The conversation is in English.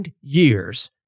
years